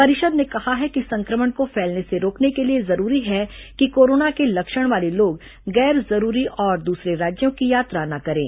परिषद ने कहा है कि संक्रमण को फैलने से रोकने के लिए जरुरी है कि कोरोना के लक्षण वाले लोग गैर जरुरी और दूसरे राज्यों की यात्रा न करें